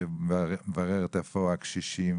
מבררות איפה הקשישים,